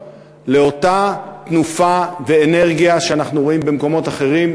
לאותה תנופה ואנרגיה שאנחנו רואים במקומות אחרים,